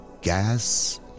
Gas